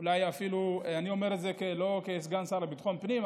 אולי אפילו אני אומר את זה לא כסגן השר לביטחון פנים,